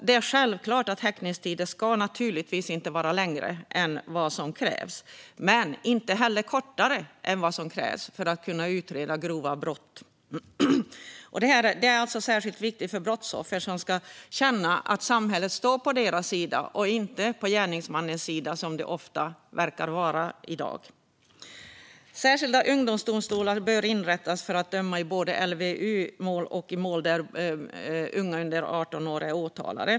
Det är självklart att häktningstiderna inte ska vara längre än vad som krävs, men de ska inte heller vara kortare än vad som krävs för att kunna utreda grova brott. Detta är särskilt viktigt för brottsoffer. De ska känna att samhället står på deras sida och inte på gärningsmannens sida, vilket det ofta verkar som i dag. Särskilda ungdomsdomstolar bör inrättas för att döma i både LVU-mål och i mål där unga under 18 år är åtalade.